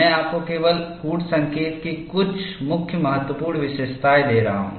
मैं आपको केवल कूट संकेत की कुछ मुख्य महत्वपूर्ण विशेषताएं दे रहा हूं